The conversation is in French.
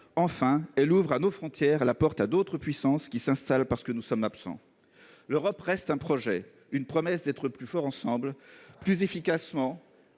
ouvre la porte, à nos frontières, à d'autres puissances, qui s'installent parce que nous sommes absents. L'Europe reste un projet, une promesse d'être plus forts ensemble, plus efficacement,